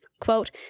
quote